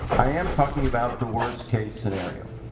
i am talking about the worst-case scenario.